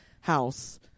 house